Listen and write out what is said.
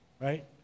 right